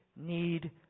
need